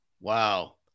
Wow